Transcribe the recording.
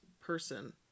person